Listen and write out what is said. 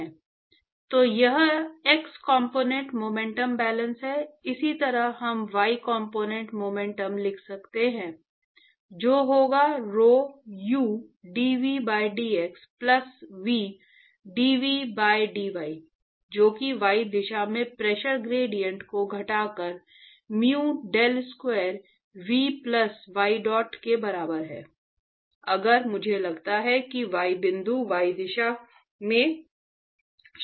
तो यह x component momentum balance है इसी तरह हम y कॉम्पोनेन्ट मोमेंटम लिख सकते हैं जो होगा rho u dv by dx plus v dv by dy जो कि y दिशा में प्रेशर ग्रेडिएंट को घटाकर mu del square v plus ydot के बराबर है अगर मुझे लगता है कि y बिंदु y दिशा में शरीर बल है